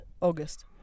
August